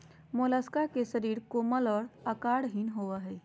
Mollusca के शरीर कोमल और आकारहीन होबय हइ